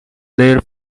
their